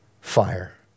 fire